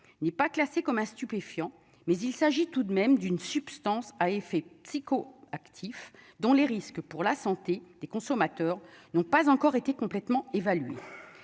n'est pas classé comme un stupéfiant, mais il s'agit tout de même d'une substance à effet psycho actifs dont les risques pour la santé des consommateurs n'ont pas encore été complètement évalué